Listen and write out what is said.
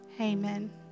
Amen